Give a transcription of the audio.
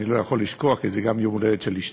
אני לא יכול לשכוח, כי זה גם יום ההולדת של אשתי.